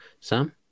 Sam